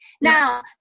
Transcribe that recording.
Now